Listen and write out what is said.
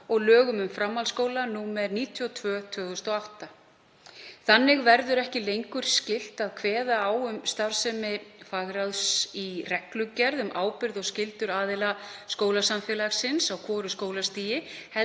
og lögum um framhaldsskóla, nr. 92/2008. Þannig verður ekki lengur skylt að kveða á um starfsemi fagráðs í reglugerð um ábyrgð og skyldur aðila skólasamfélagsins á hvoru skólastigi